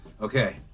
okay